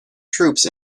troops